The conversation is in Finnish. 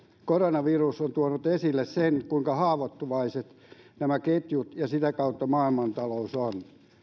koronavirus on tuonut esille sen kuinka haavoittuvaiset nämä ketjut ja sitä kautta maailmantalous ovat